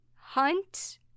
Hunt